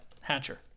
Hatcher